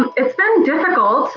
it's been difficult